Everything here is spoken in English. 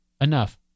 enough